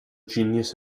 genius